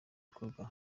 gikorwa